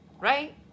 right